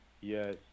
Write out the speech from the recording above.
yes